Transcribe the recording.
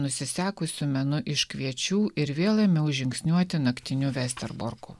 nusisekusiu menu iš kviečių ir vėl ėmiau žingsniuoti naktiniu vesterborku